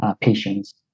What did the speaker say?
patients